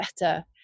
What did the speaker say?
better